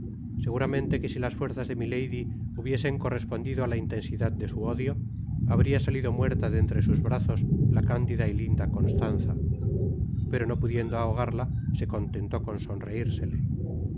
seguramente que si las fuerzas de milady hubiesen correspondido á la intensidad de su odio habría salido muerta de entre sus brazos la cándida y linda constanza pero no pudiendo ahogarla se contentó con sonreírsele